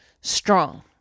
strong